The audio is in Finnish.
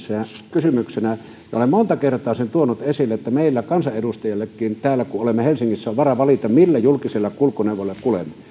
olen monta kertaa sen tuonut esille että meillä kansanedustajillakin täällä kun olemme helsingissä on varaa valita millä julkisilla kulkuneuvoilla kuljemme